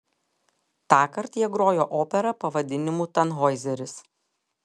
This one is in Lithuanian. tąkart jie grojo operą pavadinimu tanhoizeris